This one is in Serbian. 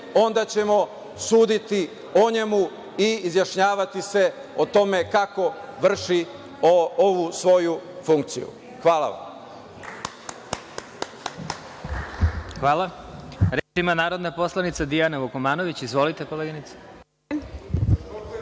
onda ćemo suditi o njemu i izjašnjavati se o tome kako vrši ovu svoju funkciju. Hvala vam. **Vladimir Marinković** Hvala. Reč ima narodna poslanica Dijana Vukomanović. Izvolite, koleginice.